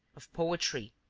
of poetry,